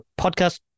podcast